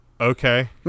okay